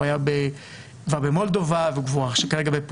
הוא היה כבר במולדובה והוא כרגע בפולין.